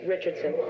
Richardson